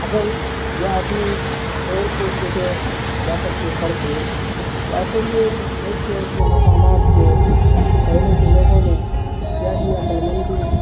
عقل یا اپنی شعور کو اس جگہ جا کر کے پرکھے یا پھر یہ ایسے ایسے مقامات کو پہلے کے لوگوں نے کیا ہی عقلمندی